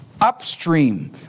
upstream